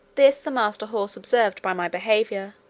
this the master horse observed by my behaviour,